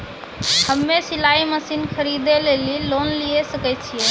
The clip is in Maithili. हम्मे सिलाई मसीन खरीदे लेली लोन लिये सकय छियै?